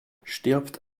stirbt